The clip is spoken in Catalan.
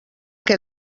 que